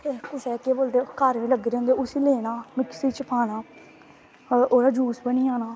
तुस कुसै दे केह् बोलदे घर बी लग्गे दे होंदे उसी लैनै मिक्सी च पाना और ओह्दा जूस बनी जाना